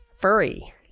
furry